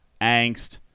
angst